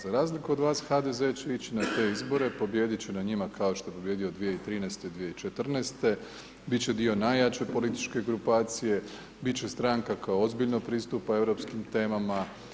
Za razliku od vas, HDZ će ići na te izbore, pobijedit će na njima kao što je pobijedio 2013. i 2014., bit će dio najjače političke grupacije, bit će stranka koja ozbiljno pristupa europskim temama.